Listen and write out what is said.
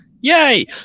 yay